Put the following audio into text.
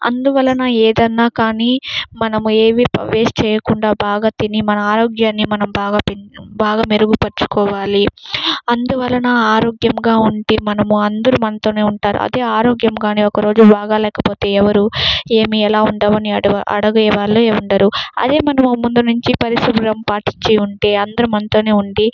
అందువలన ఏదన్నా కానీ మనము ఏమి వేస్ట్ చేయకుండా బాగా తిని మన ఆరోగ్యాన్ని మనం బాగా బాగా మెరుగుపరచుకోవాలి అందువలన ఆరోగ్యంగా ఉంటే మనము అందరూ మనతోనే ఉంటారు అది ఆరోగ్యం కానీ ఒక రోజు బాగా లేకపోతే ఎవరు ఏమి ఎలా ఉన్నావు అని అడిగే వాళ్ళే ఉండరు అదే మనం ముందు నుంచి పరిశుభ్రం పాటించి ఉంటే అందరూ మనతోనే ఉండి